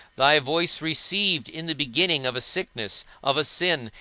thy voice received in the beginning of a sickness, of a sin,